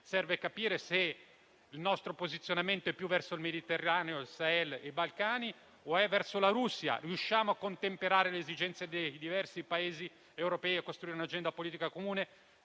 serve capire se il nostro posizionamento è più verso il Mediterraneo, il Sahel e i Balcani o è verso la Russia. Riusciamo a contemperare le esigenze dei diversi Paesi europei e a costruire un'agenda politica comune?